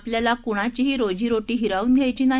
आपल्याला क्णाचीही रोजी रोटी हिरावून घ्यायची नाही